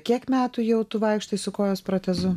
kiek metų jau tu vaikštai su kojos protezu